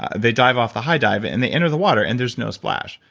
ah they dive off the high dive and they enter the water and there's no splash.